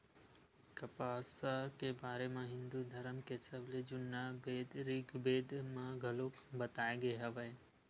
कपसा के बारे म हिंदू धरम के सबले जुन्ना बेद ऋगबेद म घलोक बताए गे हवय